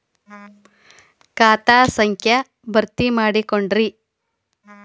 ಖಾತಾ ಸಂಖ್ಯಾ ಭರ್ತಿ ಮಾಡಿಕೊಡ್ರಿ